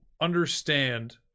understand